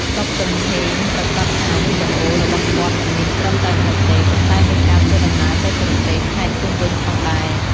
សុខ គឹមហេង ប្រាកដថាវីដេអូរបស់គាត់មិនមានត្រឹមតែម្ហូបទេ ប៉ុន្តែមានការធ្វើដំណើរទៅប្រទេស ខេត្តជុំវិញផងដែរ។